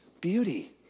beauty